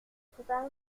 préparer